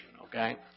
okay